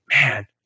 man